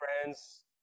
friends